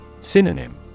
Synonym